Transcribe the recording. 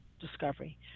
discovery